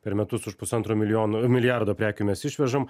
per metus už pusantro milijono milijardo prekių mes išvežam